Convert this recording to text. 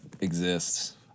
exists